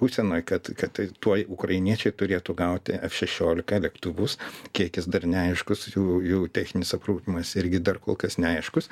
būsenoj kad kad tuoj ukrainiečiai turėtų gauti f šešiolika lėktuvus kiekis dar neaiškus jų jų techninis aprūpinimas irgi dar kol kas neaiškus